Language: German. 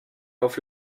auf